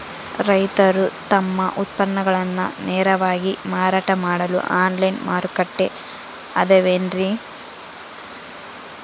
ರೈತರು ತಮ್ಮ ಉತ್ಪನ್ನಗಳನ್ನ ನೇರವಾಗಿ ಮಾರಾಟ ಮಾಡಲು ಆನ್ಲೈನ್ ಮಾರುಕಟ್ಟೆ ಅದವೇನ್ರಿ?